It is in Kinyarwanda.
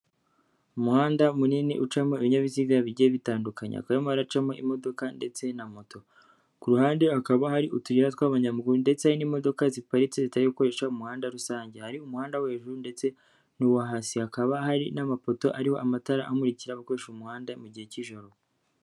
Umuhanda munini ucamo ibinyabiziga bigiye bitandukanya. Hakaba harimo haraacamo imodoka ndetse na moto. Ku ruhande hakaba hari utuyira tw'abanyayamaguru ndetse n'imodoka ziparitse zitari gukoresha umuhanda rusange. Hari umuhanda wo hejuru ndetse n'uwo hasi. Hakaba hari n'amapoto ariho amatara amurikira abakoresha umuhanda mu gihe cy'ijoro.